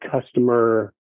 customer